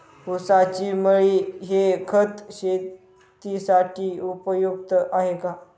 ऊसाची मळी हे खत शेतीसाठी उपयुक्त आहे का?